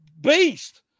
beast